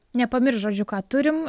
nepamiršt žodžiu ką turim